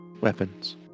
weapons